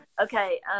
Okay